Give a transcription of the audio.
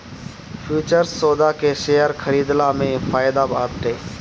futures सौदा के share खरीदला में फायदा बाटे